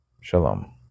Shalom